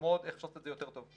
וללמוד איך לעשות את זה יותר טוב.